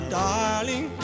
darling